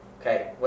Okay